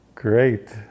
Great